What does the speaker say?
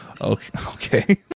Okay